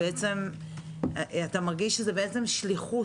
אתה מרגיש שזאת שליחות.